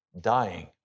dying